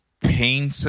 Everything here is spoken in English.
pain